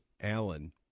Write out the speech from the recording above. Alan